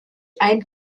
ein